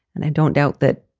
and i don't doubt that